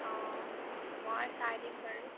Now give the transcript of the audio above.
অঁ মই চাই দিম বাৰু